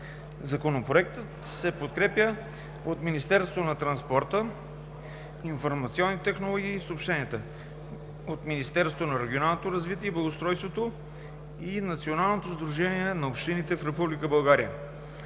Законопроектът се подкрепя от Министерството на транспорта, информационните технологии и съобщенията, от Министерството на регионалното развитие и благоустройството и от Националното сдружение на общините в